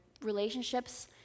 relationships